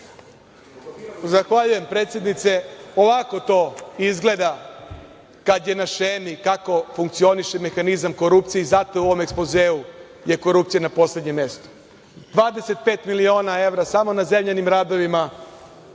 Zahvaljujem, predsednice. Ovako to izgleda, kad je na šemi, kako funkcioniše mehanizam korupcije i zato je u ovom ekspozeu je korupcija na poslednjem mestu. Dakle, 25 miliona evra samo na zemljanim radovi,